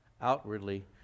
outwardly